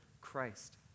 Christ